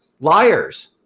liars